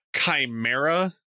chimera